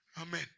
Amen